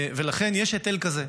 לכן יש היטל כזה,